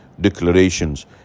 declarations